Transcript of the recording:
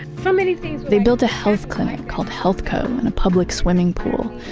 so many things they built a health clinic called healthco and a public swimming pool,